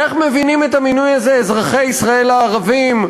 איך מבינים את המינוי הזה אזרחי ישראל הערבים,